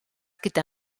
gyda